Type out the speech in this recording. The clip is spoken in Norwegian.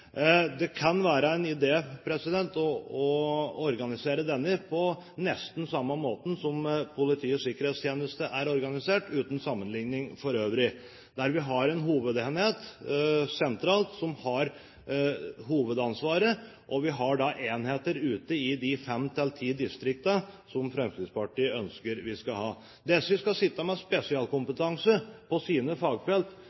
det gjelder organisert kriminalitet. Det kan være en idé å organisere denne på nesten samme måte som Politiets sikkerhetstjeneste er organisert på, uten sammenlikning for øvrig, der vi har en enhet sentralt som har hovedansvaret, og at vi har enheter ute i de fem til ti distriktene som Fremskrittspartiet ønsker vi skal ha. Disse skal sitte med